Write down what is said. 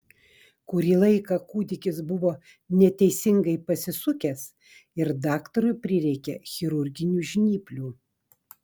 kurį laiką kūdikis buvo neteisingai pasisukęs ir daktarui prireikė chirurginių žnyplių